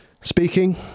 speaking